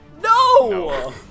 No